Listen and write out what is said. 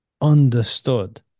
understood